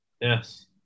yes